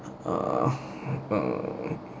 err err